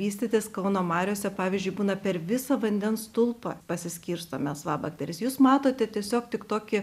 vystytis kauno mariose pavyzdžiui būna per visą vandens stulpą pasiskirsto melsvabakterės jūs matote tiesiog tik tokį